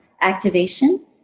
activation